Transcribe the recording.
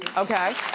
okay?